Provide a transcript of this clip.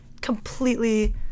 completely